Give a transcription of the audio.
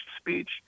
speech